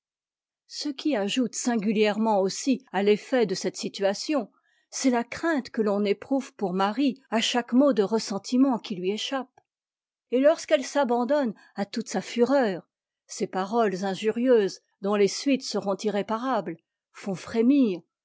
ce qui ajoute singu ièrement aussi à l'effet de cette situation c'est la crainte que l'on éprouve pour marie à chaque mot de ressentiment qui lui échappe et lorsqu'elle s'abandonne à toute sa fureur ses paroles injurieuses dont les suites seront irréparables font frémir